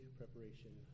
preparation